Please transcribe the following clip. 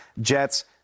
Jets